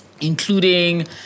including